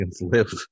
live